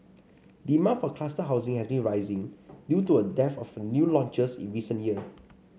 demand for cluster housing has been rising due to a dearth of new launches in recent year